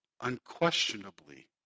unquestionably